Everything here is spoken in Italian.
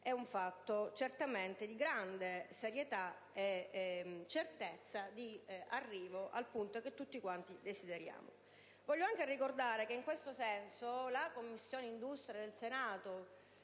è un fatto certamente di grande serietà e certezza di arrivo al punto che tutti quanti desideriamo. Voglio anche ricordare che in questo senso la Commissione industria del Senato,